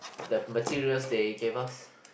the materials they gave us